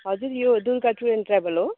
हजुर यो Durga tour and travel हो